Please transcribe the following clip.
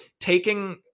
taking